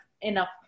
enough